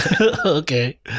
Okay